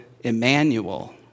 Emmanuel